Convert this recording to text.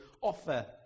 offer